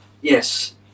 yes